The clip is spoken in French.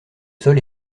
sol